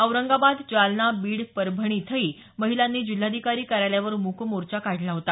औरंगाबाद जालना बीड परभणी इथंही महिलांनी जिल्हाधिकारी कार्यालयावर मूक मोचो काढला होता